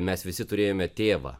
mes visi turėjome tėvą